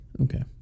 Okay